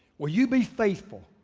will you be faithful